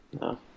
No